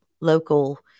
local